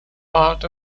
part